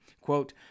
quote